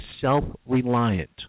self-reliant